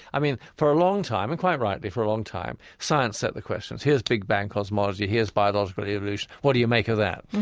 i mean, for a long time, and quite rightly for a long time, science set the questions. here's big bang cosmology. here's biological evolution. what do you make of that?